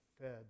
fed